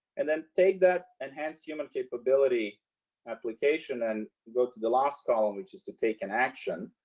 and then take that enhanced human capability application and go to the last column, which is to take an action.